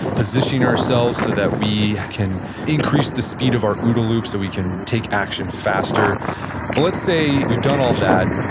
positioning ourselves so that we can increase the speed of our ooda loop so we can take action faster but let's say we've done all that.